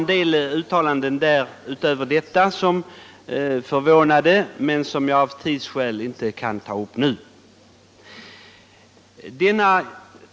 En del av uttalandena förvånade mig, men av tidsskäl skall jag inte ta upp dem nu.